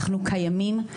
אנחנו קיימים.